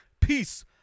Peace